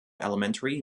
elementary